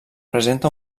presenta